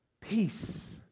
peace